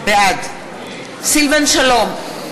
בעד סילבן שלום,